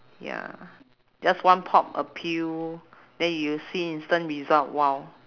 ya just one pop a pill then you see instant result !wow!